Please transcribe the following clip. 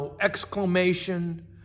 exclamation